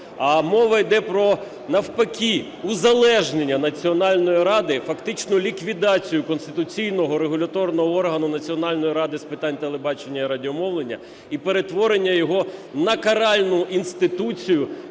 а мова йде про навпаки узалежнення Національної ради, фактично ліквідацію конституційного регуляторного органу Національної ради з питань телебачення і радіомовлення і перетворення його на каральну інституцію